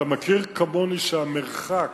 אתה מכיר כמוני שהמרחק